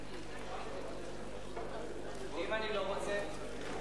ואם אני לא רוצה?